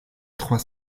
trois